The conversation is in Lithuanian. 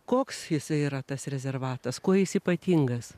koks jisai yra tas rezervatas kuo jis ypatingas